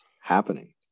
happening